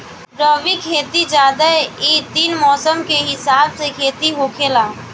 रबी, खरीफ, जायद इ तीन मौसम के हिसाब से खेती होखेला